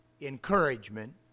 encouragement